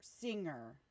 singer